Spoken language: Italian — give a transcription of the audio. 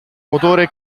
motore